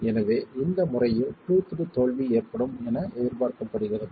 எனவே இந்த முறையில் டூத்ட் தோல்வி ஏற்படும் என எதிர்பார்க்கப்படுகிறது